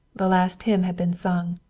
the last hymn had been sung.